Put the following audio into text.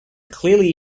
clearly